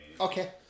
Okay